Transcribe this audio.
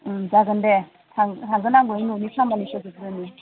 जागोन दे थांगोन आंबो ओइ न'नि खामानि फोजोबग्रोनि